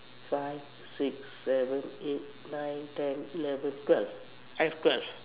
five six seven eight nine ten eleven twelve I have twelve